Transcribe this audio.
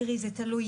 תראי, זה תלוי.